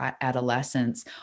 adolescence